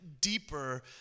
deeper